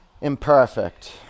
imperfect